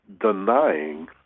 denying